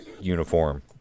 uniform